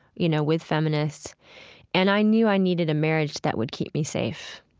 you know, with feminists and i knew i needed a marriage that would keep me safe.